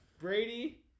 Brady